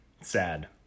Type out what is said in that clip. Sad